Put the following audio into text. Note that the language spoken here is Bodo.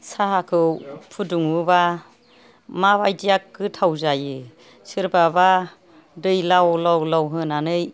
साहाखौ फुदुङोबा माबायदिया गोथाव जायो सोरबा बा दै लाव लाव होनानै